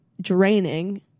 draining